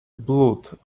blood